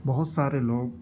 بہت سارے لوگ